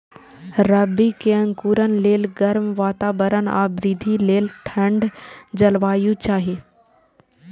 रबी के अंकुरण लेल गर्म वातावरण आ वृद्धि लेल ठंढ जलवायु चाही